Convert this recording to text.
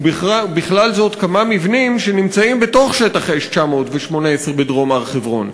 ובכלל זאת כמה מבנים שנמצאים בתוך שטח אש 918 בדרום הר-חברון.